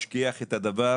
משכיח את הדבר